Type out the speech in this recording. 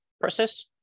process